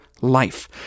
life